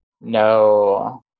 no